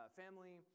family